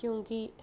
क्योंकि